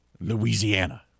Louisiana